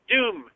Doom